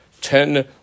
ten